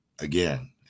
again